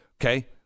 Okay